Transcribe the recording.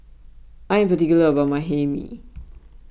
I am particular about my Hae Mee